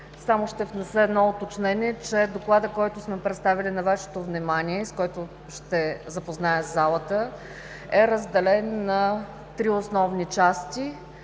Само ще внеса едно уточнение, че докладът, който сме представили на Вашето внимание и с който ще запозная залата е разделен на три основни части